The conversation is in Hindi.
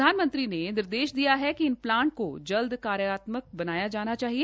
प्रधानमंत्री ने निर्देश दिया है कि इन प्लांट को जल्द कार्यात्मक बनाया जाना चाहिए